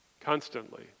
constantly